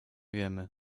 wiemy